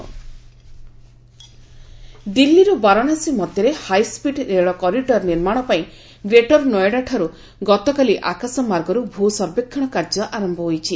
aerial ground survey ଦିଲ୍ଲୀରୁ ବାରାଣସୀ ମଧ୍ୟରେ high speed ରେଳ କରିଡର୍ ନିର୍ମାଣ ପାଇଁ ଗ୍ରେଟର୍ ନୋଏଡ଼ାଠାରୁ ଗତକାଲି ଆକାଶମାର୍ଗରୁ ଭୂ ସର୍ବେକ୍ଷଣ କାର୍ଯ୍ୟ ଆରମ୍ଭ ହୋଇଛି